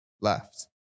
left